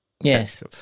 Yes